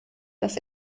dass